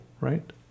Right